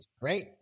Right